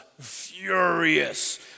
furious